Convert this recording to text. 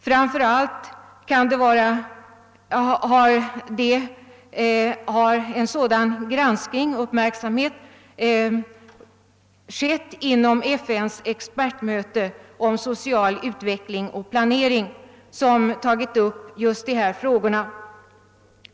Framför allt har en sådan granskning skett inom FN:s expertmöte om social utveckling och planering som tagit upp just dessa frågor.